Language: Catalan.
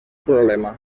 problema